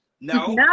No